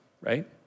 right